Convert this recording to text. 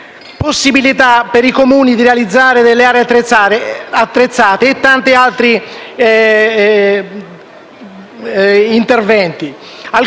possibilità per i Comuni di realizzare delle aree attrezzate e tanti altri interventi.